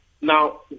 Now